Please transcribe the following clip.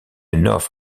north